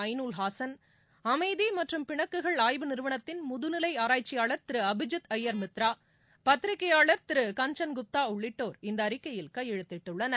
அய்னுல் ஹாசன் அமைதி மற்றும் பிணக்குகள் ஆய்வு நிறுவனத்தின் முதுநிலை ஆராய்ச்சியாளர் திரு அபிஜித் அய்யர் மித்ரா பத்திரிகையாளர் திரு கஞ்சன் குப்தா உள்ளிட்டோர் இந்த அறிக்கையில் கையழெத்திட்டுள்ளனர்